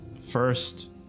first